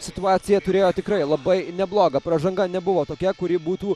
situacija turėjo tikrai labai neblogą pražanga nebuvo tokia kuri būtų